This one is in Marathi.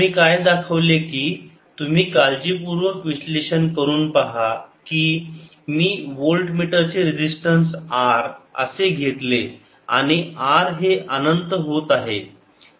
तुम्ही काय दाखवले की तुम्ही काळजीपूर्वक विश्लेषण करून पहा कि मी व्होल्टमीटर चे रेजिस्टन्स R असे घेतले आणि R हे अनंत होत आहे